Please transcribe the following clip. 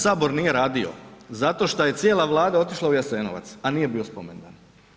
Sabor nije radio zato što je cijela Vlada otišla u Jasenovac, a nije bio spomendan.